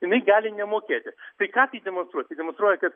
jinai gali nemokėti tai ką tai demonstruoja tai demonstruoja kad